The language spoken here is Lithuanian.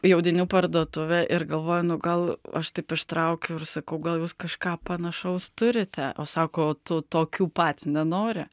į audinių parduotuvę ir galvoju nu gal aš taip ištraukiau ir sakau gal jūs kažką panašaus turite o sako o tu tokių pat nenori